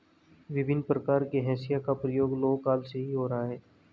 भिन्न प्रकार के हंसिया का प्रयोग लौह काल से ही हो रहा है